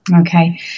Okay